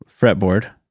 fretboard